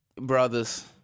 Brothers